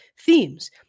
themes